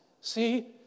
see